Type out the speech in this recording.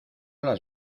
las